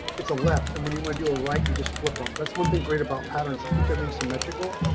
it's a left. and when you want to do, ah right, you just flip them. that's one thing. great about patterns and keeps everything symmetrical.